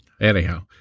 Anyhow